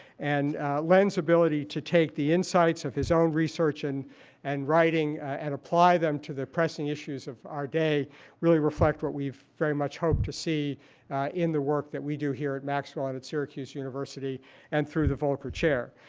and len's ability to take the insights of his own research and and writing and apply them to the pressing issues of our day really reflect what we very much hope to see in the work that we do here at maxwell and at syracuse university and through the volcker chair.